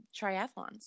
triathlons